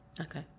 Okay